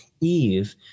eve